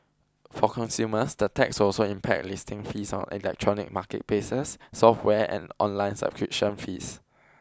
for consumers the tax will also impact listing fees on electronic marketplaces software and online subscription fees